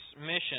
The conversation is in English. mission